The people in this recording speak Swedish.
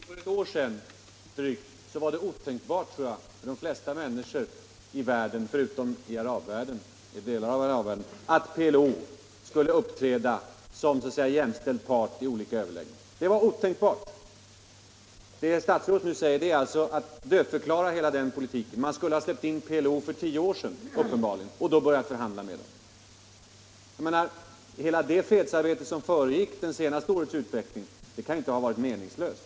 Herr talman! Till för drygt ett år sedan var det otänkbart, tror jag, för de flesta människor i världen — utom i delar av arabvärlden — att PLO skulle uppträda som så att säga jämställd part i olika överläggningar. Jag upprepar att det var otänkbart. Det herr statsrådet nu säger innebär att han dödförklarar hela den tidigare politiken. Man skulle uppenbarligen ha släppt in PLO för tio år sedan och då börjat förhandla med PLO. Men hela det fredsarbete som föregick det senaste årets utveckling kan ju inte ha varit meningslöst.